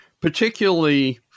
particularly